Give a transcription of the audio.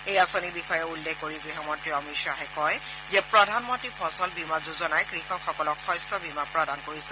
এই আঁচনিৰ বিষয়ে উল্লেখ কৰি গৃহ মন্ত্ৰী অমিত খাহে কয় যে প্ৰধানমন্ত্ৰী ফচল বীমা যোজনাই কৃষকসকলক শস্য বীমা প্ৰদান কৰিছে